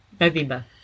November